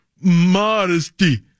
Modesty